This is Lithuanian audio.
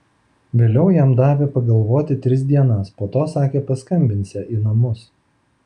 vėliau jam davė pagalvoti tris dienas po to sakė paskambinsią į namus